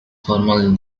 formal